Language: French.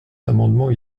amendements